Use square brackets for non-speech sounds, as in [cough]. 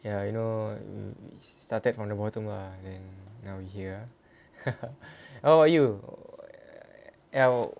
ya you know you know started from the bottom lah then now ya [laughs] how are you I